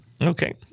Okay